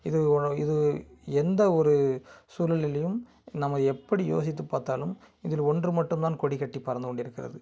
இது ஒரு இது எந்த ஒரு சூழ்நிலையிலும் நம்ம எப்படி யோசித்து பார்த்தாலும் இதில் ஒன்று மட்டும்தான் கொடிக்கட்டி பறந்து கொண்டிருக்கிறது